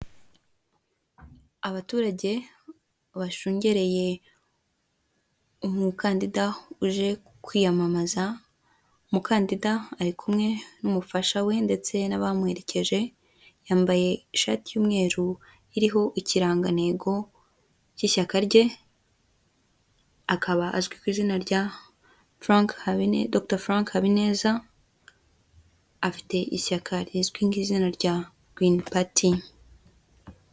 Abaturage bashungereye, umukandida uje kwiyamamaza, umukandida ari kumwe n'umufasha we ndetse n'abamuherekeje, yambaye ishati y'umweru iriho ikirangantego cy'ishyaka rye, akaba azwi ku izina rya frank habe dogita Furanke habineza afite ishyaka rizwi nk' izina rya girini pati.